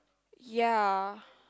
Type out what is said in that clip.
ya